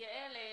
יעל,